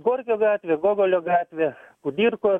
gorkio gatvė gogolio gatvė kudirkos